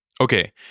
Okay